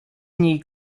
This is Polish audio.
niej